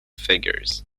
figures